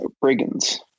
brigands